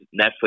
Netflix